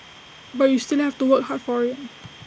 but you still have to work hard for IT